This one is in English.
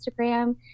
Instagram